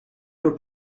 were